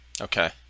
Okay